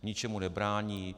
Ničemu nebrání.